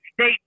state